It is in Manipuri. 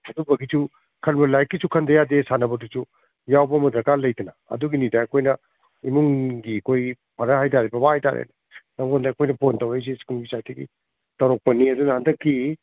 ꯑꯗꯨꯝꯕꯒꯤꯁꯨ ꯈꯟꯕ ꯂꯥꯏꯔꯤꯛꯀꯤꯁꯨ ꯈꯟꯗ ꯌꯥꯗꯦ ꯁꯥꯟꯅꯕꯗꯨꯁꯨ ꯌꯥꯎꯕ ꯑꯃ ꯗꯔꯀꯥꯔ ꯂꯩꯗꯅ ꯑꯗꯨꯒꯤꯅꯤꯗ ꯑꯩꯈꯣꯏꯅ ꯏꯃꯨꯡꯒꯤ ꯑꯩꯈꯣꯏꯒꯤ ꯐꯥꯗꯥꯔ ꯍꯥꯏꯇꯔꯦ ꯕꯥꯕꯥ ꯍꯥꯏꯇꯥꯔꯦꯅꯦ ꯅꯉꯣꯟꯗ ꯑꯩꯈꯣꯏꯅ ꯐꯣꯟ ꯇꯧꯔꯛꯏꯁꯦ ꯏꯁꯀꯨꯜꯒꯤ ꯁꯥꯏꯠꯇꯒꯤ ꯇꯧꯔꯛꯛꯄꯅꯤ ꯑꯗꯨꯅ ꯍꯟꯗꯛꯀꯤ